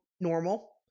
normal